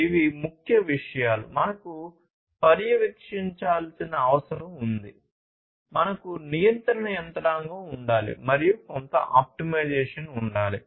ఇవి ముఖ్య విషయాలు మనకు పర్యవేక్షించాల్సిన అవసరం అది ఉంది మనకు నియంత్రణ యంత్రాంగం ఉండాలి మరియు కొంత ఆప్టిమైజేషన్ ఉండాలి